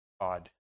God